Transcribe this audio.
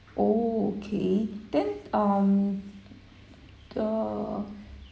oh okay then um the